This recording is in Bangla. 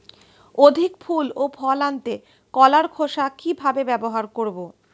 অধিক ফুল ও ফল আনতে কলার খোসা কিভাবে ব্যবহার করব?